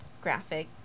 graphic